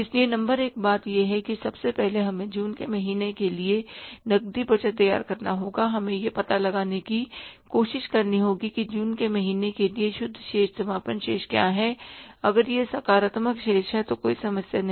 इसलिए नंबर एक बात यह है कि सबसे पहले हमें जून के महीने के लिए नकदी बजट तैयार करना होगा हमें यह पता लगाने की कोशिश करनी होगी कि जून के महीने के लिए शुद्ध शेष समापन शेष क्या है अगर यह सकारात्मक शेष है तो कोई समस्या नहीं